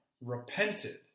repented